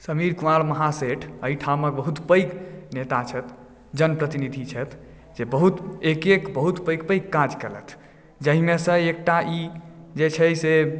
समीर कुमार महासेठ अहिठामक बहुत पैघ नेता छथि जनप्रतिनिधि छथि जे बहुत एक एक बहुत पैघ पैघ काज केलथि जाहिमेसँ ई एकटा छै से